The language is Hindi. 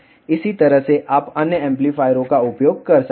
इसी तरह से आप अन्य एम्पलीफायरों का उपयोग कर सकते हैं